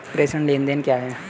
प्रेषण लेनदेन क्या है?